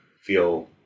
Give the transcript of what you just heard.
feel